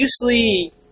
usually